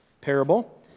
parable